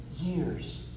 years